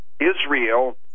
Israel